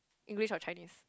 English or Chinese